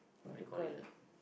what do you call it ah